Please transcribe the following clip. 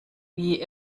wie